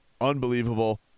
unbelievable